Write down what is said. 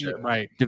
right